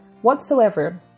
whatsoever